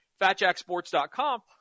fatjacksports.com